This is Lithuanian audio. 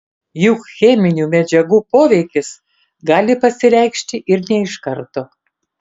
juk cheminių medžiagų poveikis gali pasireikšti ir ne iš karto